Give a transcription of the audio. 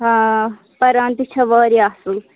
آ پَران تہ چھ واریاہ اصل